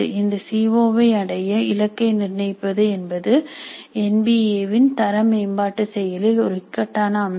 இந்த C O வை அடைய இலக்கை நிர்ணயிப்பது என்பது என் பி ஏ வின் தர மேம்பாட்டு செயலில் ஒரு இக்கட்டான அம்சம்